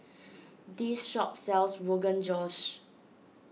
this shop sells Rogan Josh